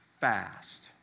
fast